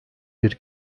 bir